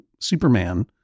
Superman